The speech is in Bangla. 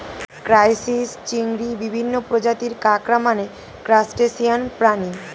ক্রাইসিস, চিংড়ি, বিভিন্ন প্রজাতির কাঁকড়া মানে ক্রাসটেসিয়ান প্রাণী